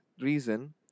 reason